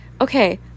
okay